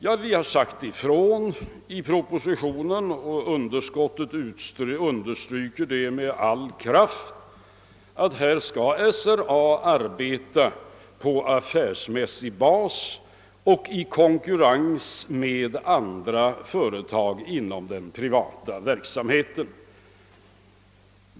Ja, vi har i propositionen sagt ifrån — och utskottet understryker detta med all kraft — att SRA skall arbeta på affärsmässig bas och i konkurrens med andra företag inom den privata verksamheten.